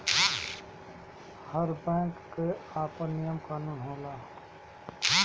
हर bank कअ आपन नियम कानून होला